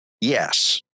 Yes